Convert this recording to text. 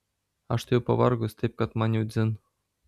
aš tai jau pavargus taip kad man jau dzin